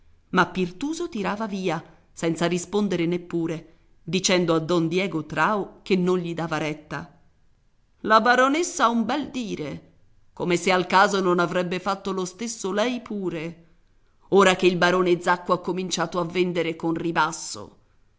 ma pirtuso tirava via senza rispondere neppure dicendo a don diego trao che non gli dava retta la baronessa ha un bel dire come se al caso non avrebbe fatto lo stesso lei pure ora che il barone zacco ha cominciato a vendere con ribasso